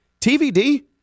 TVD